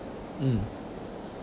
mm